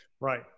Right